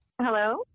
Hello